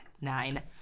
nine